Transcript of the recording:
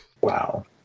Wow